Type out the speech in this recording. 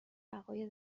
عقاید